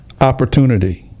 opportunity